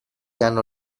hanno